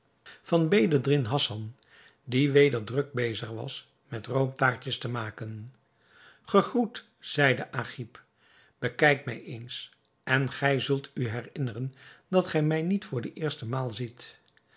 van bedreddin hassan die weder druk bezig was met roomtaartjes te maken gegroet zeide agib bekijk mij eens en gij zult u herinneren dat gij mij niet voor de eerste maal ziet